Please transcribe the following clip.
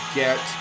get